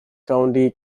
county